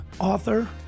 author